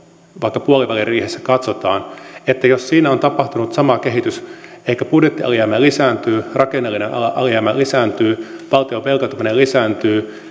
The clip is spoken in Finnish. vaikka puoliväliriihessä katsotaan että valtiontaloudessa on tapahtunut sama kehitys elikkä budjettialijäämä lisääntyy rakenteellinen alijäämä lisääntyy valtion velkaantuminen lisääntyy